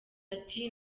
ati